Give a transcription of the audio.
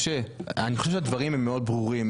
משה, אני חושב שהדברים הם מאוד ברורים.